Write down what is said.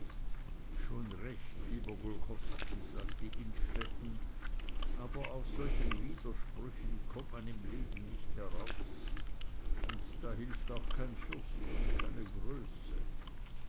schon recht lieber golchowski sagte innstetten aber aus solchen widersprüchen kommt man im leben nicht heraus und da hilft auch kein fürst und keine größe